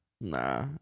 Nah